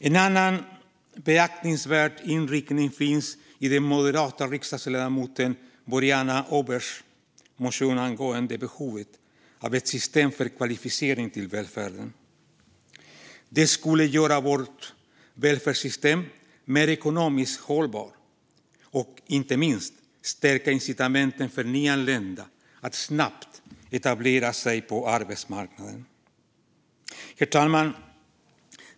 En annan beaktansvärd inriktning finns i den moderata riksdagsledamoten Boriana Åbergs motion angående behovet av ett system för kvalificering till välfärden. Det skulle göra vårt välfärdssystem mer ekonomiskt hållbart och inte minst stärka incitamenten för nyanlända att snabbt etablera sig på arbetsmarknaden. Herr talman!